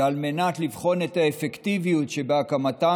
ועל מנת לבחון את האפקטיביות שבהקמתם